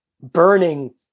burning